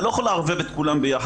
אתה לא יכול לערבב את כולן ביחד,